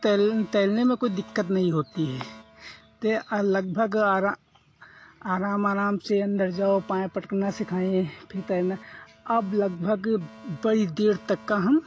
तैरने में कोई दिक्कत नहीं होती है तो लगभग आराम आराम से अंदर जाओ पाय पटकना सिखाएंगे फिर तैरना अब लगभग बड़ी देर तक का हम